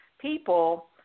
people